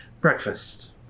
Breakfast